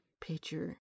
picture